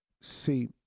See